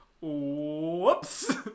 whoops